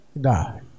die